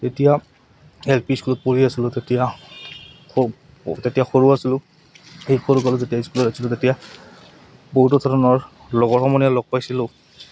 যেতিয়া L P স্কুলত পঢ়ি আছিলোঁ তেতিয়া স তেতিয়া সৰু আছিলোঁ সেই সৰু কালত যেতিয়া স্কুলত আছিলোঁ তেতিয়া বহুতো ধৰণৰ লগৰ সমনীয়া লগ পাইছিলোঁ